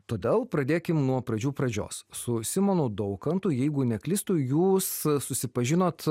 todėl pradėkim nuo pradžių pradžios su simonu daukantu jeigu neklystu jūs susipažinot